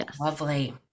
Lovely